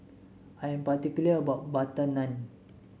I am particular about butter naan